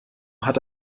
hat